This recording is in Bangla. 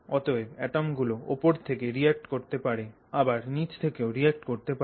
অতএব অ্যাটম গুলো ওপর থেকে রিঅ্যাক্ট করতে পারে আবার নিচ থেকেও রিঅ্যাক্ট করতে পারে